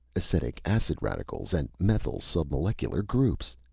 acetic acid radicals and methyl submolecular groups!